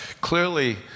clearly